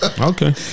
Okay